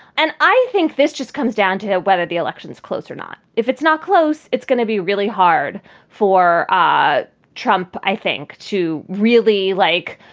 and i think this just comes down to whether the election is close or not, if it's not close. it's gonna be really hard for ah trump, i think, to really, like,